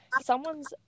someone's